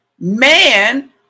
Man